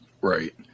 right